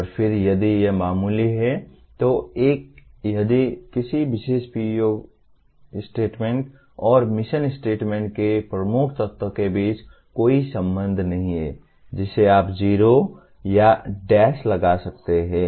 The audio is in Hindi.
और फिर यदि यह मामूली है तो 1 यदि किसी विशेष PEO कथन और मिशन स्टेटमेंट के प्रमुख तत्व के बीच कोई संबंध नहीं है जिसे आप 0 या डैश लगा सकते हैं